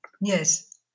Yes